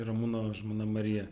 ramūno žmona marija